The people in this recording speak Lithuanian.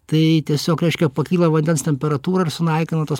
tai tiesiog reiškia pakyla vandens temperatūra ir sunaikina tuos